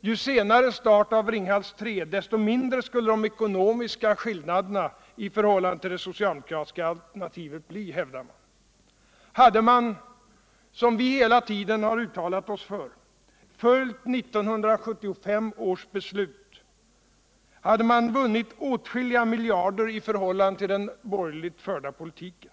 Ju scnare start av Ringhals 3, desto mindre skulle de ekonomiska skillnaderna i förhållande till det socialdemokratiska alternativet bli, hävdar man. Hade man, som vi heta tiden uttalat oss för, följt 1975 års energipolitiska beslut, hade man vunnit åtskilliga miljarder i förhållande till den borgerligt förda politiken.